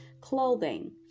clothing